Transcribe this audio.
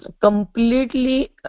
Completely